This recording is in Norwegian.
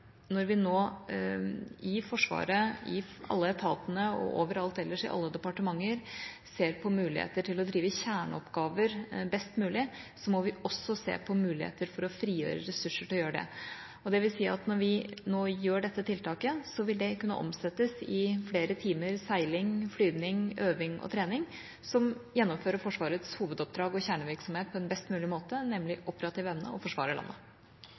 når vi nå i Forsvaret, i alle etatene og overalt ellers i alle departementer ser på muligheter til å drive kjerneoppgaver best mulig, må vi også se på muligheter for å frigjøre ressurser til å gjøre det. Det vil si at når vi nå gjør dette tiltaket, vil det kunne omsettes i flere timer seiling, flyvning, øving og trening som gjennomfører Forsvarets hovedoppdrag og kjernevirksomhet på en best mulig måte, nemlig operativ evne og forsvar av landet.